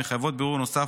המחייבות בירור נוסף,